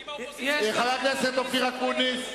האם האופוזיציה, חבר הכנסת אופיר אקוניס.